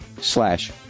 slash